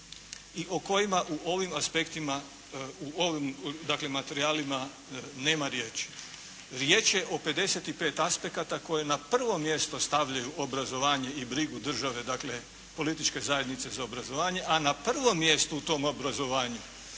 i o kojima u ovim aspektima, u ovim dakle materijalima nema riječi. Riječ je o 55 aspekata koje na prvo mjesta stavljaju obrazovanje i brigu države dakle, političke zajednice za obrazovanje, a na prvo mjesto u tom obrazovanju